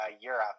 Europe